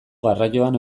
garraioan